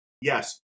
yes